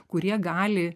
kurie gali